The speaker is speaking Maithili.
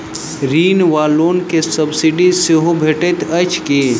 ऋण वा लोन केँ सब्सिडी सेहो भेटइत अछि की?